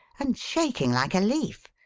and shaking like a leaf.